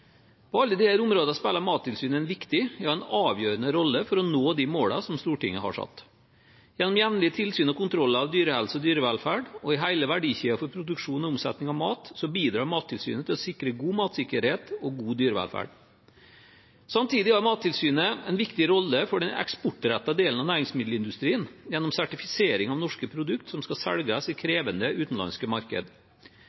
På alle disse områdene spiller Mattilsynet en viktig, ja, en avgjørende rolle for å nå de målene som Stortinget har satt. Gjennom jevnlige tilsyn og kontroller av dyrehelse og dyrevelferd og i hele verdikjeden for produksjon og omsetning av mat bidrar Mattilsynet til å sikre god matsikkerhet og god dyrevelferd. Samtidig har Mattilsynet en viktig rolle i den eksportrettede delen av næringsmiddelindustrien gjennom sertifisering av norske produkter som skal selges i